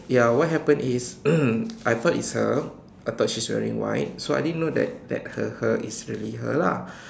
ya what happened is I thought it's her I thought she is wearing white so I didn't know that that her her is really her lah